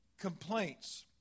complaints